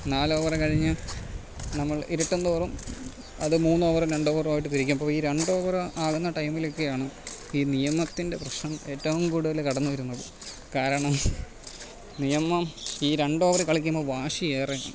നാല് ഓവർ കഴിഞ്ഞ് നമ്മൾ ഇരുട്ടും തോറും അത് മൂന്നോവറും രണ്ട് ഓവറായിട്ട് തിരിക്കും അപ്പോൾ ഈ രണ്ട് ഓവർ ആകുന്ന ടൈമിലൊക്കെയാണ് ഈ നിയമത്തിൻ്റെ പ്രശ്നം ഏറ്റവും കൂടുതല് കടന്നുവരുന്നത് കാരണം നിയമം ഈ രണ്ട് ഓവറിൽ കളിക്കുമ്പോൾ വാശി ഏറെയാണ്